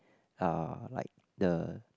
uh like the